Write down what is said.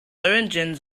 origins